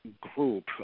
group